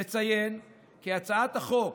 נציין כי הצעת החוק